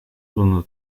unu